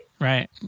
Right